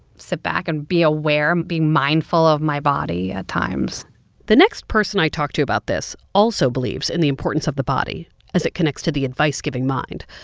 sit back and be aware, be mindful of my body at times the next person i talked to about this also believes in the importance of the body as it connects to the advice-giving mind.